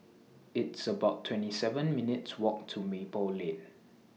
It's about twenty seven minutes' Walk to Maple Lane